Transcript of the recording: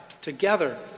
together